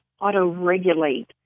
auto-regulate